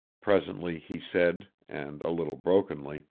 presently he said, and a little brokenly